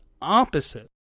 opposite